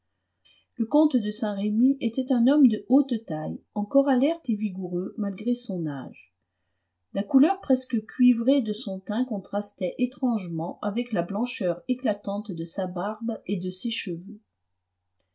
le comte de saint-remy était un homme de haute taille encore alerte et vigoureux malgré son âge la couleur presque cuivrée de son teint contrastait étrangement avec la blancheur éclatante de sa barbe et de ses cheveux